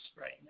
right